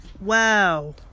wow